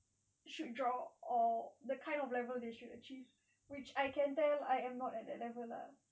should draw or the kind of level they should achieve which I can tell I am not at that level ah